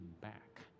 back